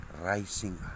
Rising